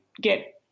get